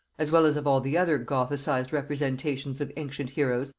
as well as of all the other gothicized representations of ancient heroes,